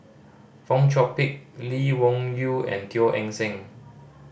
Fong Chong Pik Lee Wung Yew and Teo Eng Seng